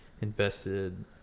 invested